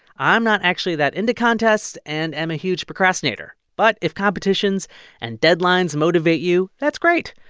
i'm not actually that into contests and am a huge procrastinator, but if competitions and deadlines motivate you, that's great.